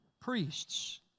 priests